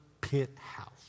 penthouse